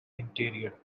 interior